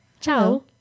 Ciao